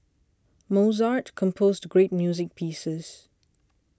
Mozart composed great music pieces